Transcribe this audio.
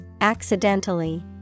accidentally